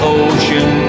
ocean